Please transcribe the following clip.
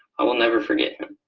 i will never forget him.